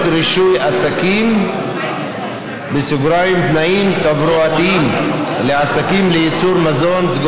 רישוי עסקים (תנאים תברואתיים לעסקים לייצור מזון),